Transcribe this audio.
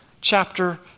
chapter